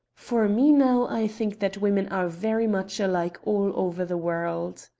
for me, now, i think that women are very much alike all over the world.